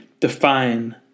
define